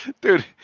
Dude